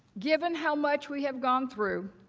given how much we have gone through,